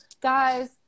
guys